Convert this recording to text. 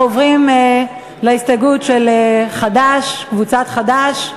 אנחנו עוברים להסתייגות של חד"ש, קבוצת חד"ש.